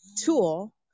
tool